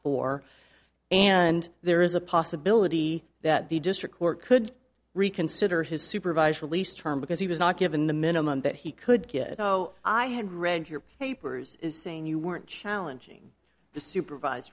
for and there is a possibility that the district court could reconsider his supervised release term because he was not given the minimum that he could get i had read your papers saying you weren't challenging the supervise